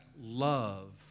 love